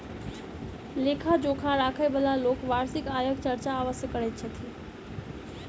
लेखा जोखा राखयबाला लोक वार्षिक आयक चर्चा अवश्य करैत छथि